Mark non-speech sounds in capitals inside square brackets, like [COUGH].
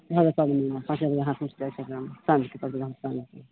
घड़ी पाबनिमे पाँचे बजे हाथ उठि जाइ छै साँझके [UNINTELLIGIBLE]